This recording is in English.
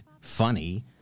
funny